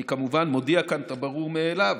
אני כמובן מודיע כאן את הברור מאליו,